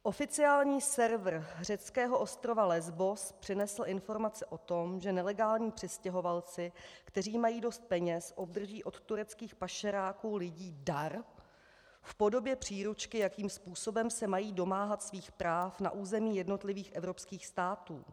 Oficiální server řeckého ostrova Lesbos přinesl informace o tom, že nelegální přistěhovalci, kteří mají dost peněz, obdrží od tureckých pašeráků lidí dar v podobě příručky, jakým způsobem se mají domáhat svých práv na území jednotlivých evropských států.